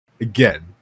again